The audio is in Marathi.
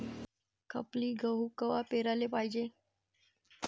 खपली गहू कवा पेराले पायजे?